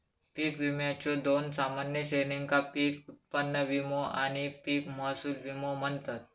पीक विम्याच्यो दोन सामान्य श्रेणींका पीक उत्पन्न विमो आणि पीक महसूल विमो म्हणतत